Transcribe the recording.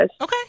okay